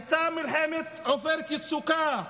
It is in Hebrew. היה מלחמת עופרת יצוקה,